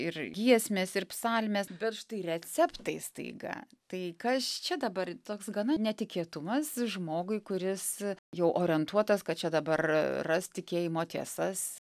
ir giesmės ir psalmės bet štai receptai staiga tai kas čia dabar toks gana netikėtumas žmogui kuris jau orientuotas kad čia dabar ras tikėjimo tiesas